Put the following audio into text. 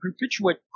perpetuate